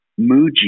Muji